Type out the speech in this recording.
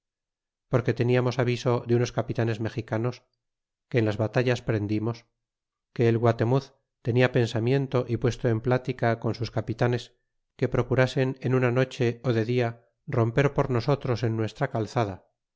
porque teniamos aviso de unos capitanes mexicanos que en las batallas prendimos que el guatemuz tenia pensamiento y puesto en plática con sus capitanes que procurasen en una noche de dia romper por nosotros en nuestra calzada